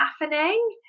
happening